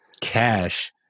cash